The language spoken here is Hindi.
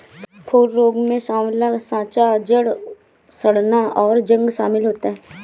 फूल रोग में साँवला साँचा, जड़ सड़ना, और जंग शमिल होता है